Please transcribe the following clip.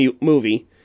movie